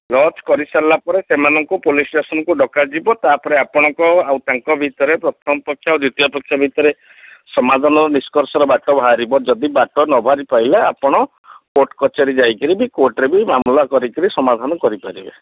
lodge କରି ସାରିଲା ପରେ ସେମାନଙ୍କୁ ପୋଲିସ୍ ଷ୍ଟେସନ୍କୁ ଡକାଯିବ ତା'ପରେ ଆପଣଙ୍କ ଆଉ ତାଙ୍କ ଭିତରେ ପ୍ରଥମ ପକ୍ଷ ଆଉ ଦ୍ଵିତୀୟ ପକ୍ଷ ଭିତରେ ସମାଧାନର ନିଷ୍କର୍ଷର ବାଟ ବାହାରିବ ଯଦି ବାଟ ନ ବାହାରିପାରିଲା ଆପଣ କୋର୍ଟ୍ କଚେରୀ ଯାଇକିରି ବି କୋର୍ଟ୍ରେ ବି ମାମଲା କରିକି ସମାଧାନ କରିପାରିବେ